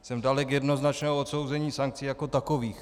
Jsem dalek jednoznačného odsouzení sankcí jako takových.